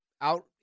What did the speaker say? out